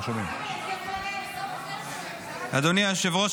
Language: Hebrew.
אדוני היושב-ראש,